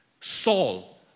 Saul